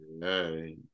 Hey